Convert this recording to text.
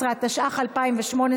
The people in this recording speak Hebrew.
17), התשע"ח 2018,